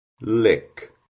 Lick